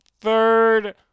third